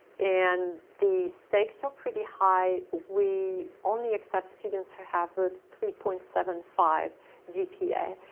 and the stakes are pretty high. we only accept students who have a three point seven five gpa.